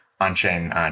on-chain